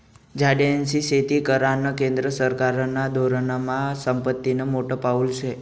झाडेस्नी शेती करानं केंद्र सरकारना धोरनमा संपत्तीनं मोठं पाऊल शे